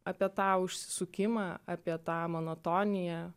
apie tą užsisukimą apie tą monotoniją